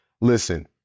listen